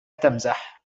تمزح